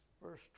Verse